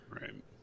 Right